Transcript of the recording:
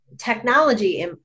Technology